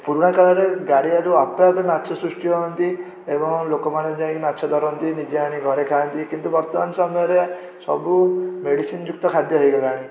ପୁରୁଣା କାଳରେ ଗାଡ଼ିଆରୁ ଆପେ ଆପେ ମାଛ ସୃଷ୍ଟି ହୁଅନ୍ତି ଏବଂ ଲୋକମାନେ ଯାଇ ମାଛ ଧରନ୍ତି ନିଜେ ଆଣି ଘରେ ଖାଆନ୍ତି କିନ୍ତୁ ବର୍ତ୍ତମାନ ସମୟରେ ସବୁ ମେଡ଼ିସନ୍ ଯୁକ୍ତ ଖାଦ୍ୟ ହେଇଗଲାଣି